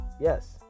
Yes